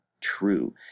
true